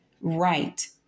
right